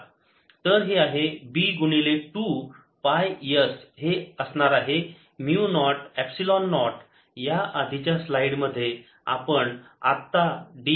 तर हे आहे B गुणिले 2 पाय s हे असणार आहे म्यु नॉट एपसिलोन नॉट या आधीच्या स्लाईडमध्ये आपण आत्ता d बाय dt मोजले आहे जे बरोबर आहे B